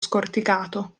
scorticato